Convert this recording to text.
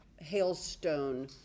hailstone